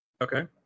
Okay